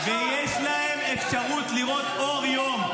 ----- ויש להם אפשרות לראות אור יום.